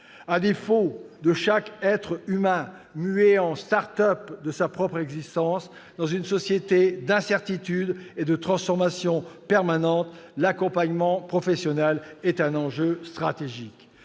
À défaut de muer chaque être humain en start-up de sa propre existence, dans une société d'incertitudes et de transformations permanentes, l'accompagnement professionnel est un enjeu stratégique.